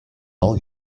all